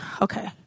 okay